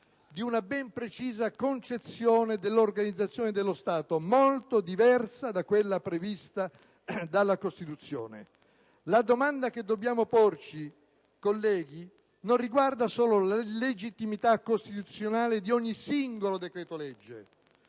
di una ben precisa concezione dell'organizzazione dello Stato, molto diversa da quella prevista dalla Costituzione. La domanda che dobbiamo porci, colleghi, non riguarda solo la legittimità costituzionale di ogni singolo decreto-legge,